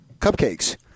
cupcakes